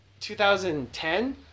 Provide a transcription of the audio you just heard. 2010